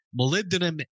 molybdenum